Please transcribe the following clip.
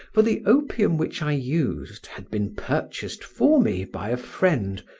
for the opium which i used had been purchased for me by a friend,